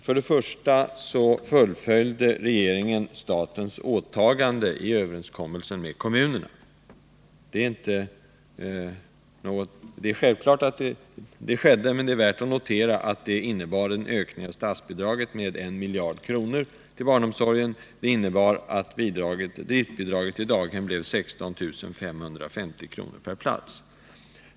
För det första fullföljde regeringen statens åtagande i överenskommelsen med kommunerna. Det innebar en ökning av statsbidraget med 1 miljard kronor till barnomsorgen. Det innebar att driftbidraget till daghem blev 16 550 kr. per plats.